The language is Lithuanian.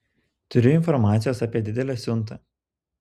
turiu informacijos apie didelę siuntą